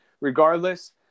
regardless